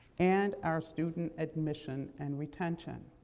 and our student admission and retention.